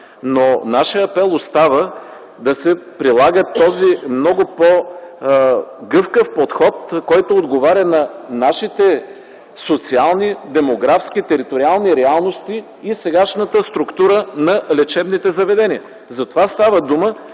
но нашият апел остава – да се прилага този много по-гъвкав подход, който отговаря на нашите социални, демографски и териториални реалности и сегашната структура на лечебните заведения. За това става дума.